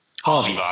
Harvey